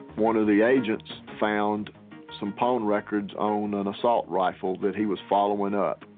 one of the agents found some pawn records on an assault rifle that he was following up.